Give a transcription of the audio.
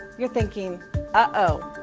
you're thinking. ah oh.